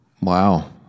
Wow